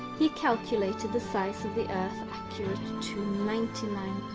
he calculated the size of the earth accurate to ninety nine